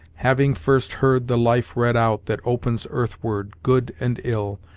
having first heard the life read out that opens earthward, good and ill,